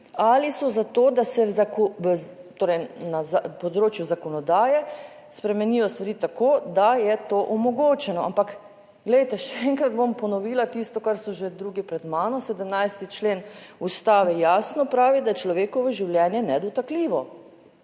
ali so za to, da se torej, na področju zakonodaje spremenijo stvari tako, da je to omogočeno. Ampak glejte, še enkrat bom ponovila tisto kar so že 2. pred mano 17. člen Ustave jasno pravi, da je človekovo življenje nedotakljivo.